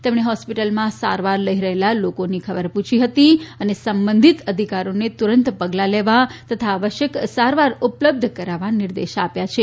તેમણે હોસ્પિટલમાં સારવાર લઇ રહેલા લોકોની ખબર પૂછી હતી અને સંબંધિત અધિકારીઓને તુરંત પગલા લેવા તથા આવશ્યક સારવાર ઉપલબ્ધ કરાવવા નિર્દેશ આપ્યા છે